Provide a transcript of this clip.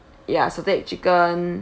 ya salted egg chicken